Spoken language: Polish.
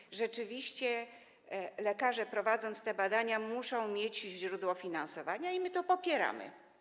I rzeczywiście lekarze, prowadząc te badania, muszą mieć źródło finansowania, i my to popieramy.